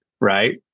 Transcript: right